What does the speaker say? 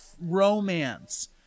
romance